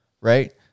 right